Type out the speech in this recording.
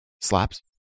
slaps